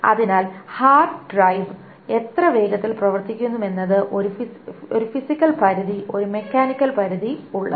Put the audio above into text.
അതിനാലാണ് hard drive എത്ര വേഗത്തിൽ പ്രവർത്തിക്കുമെന്നതിന് ഒരു ഫിസിക്കൽ പരിധി ഒരു മെക്കാനിക്കൽ പരിധി ഉള്ളത്